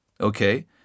Okay